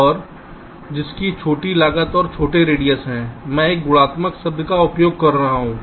और जिसकी छोटी लागत और छोटे रेडियस हैं मैं एक गुणात्मक शब्द का उपयोग कर रहा हूं